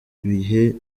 ibihe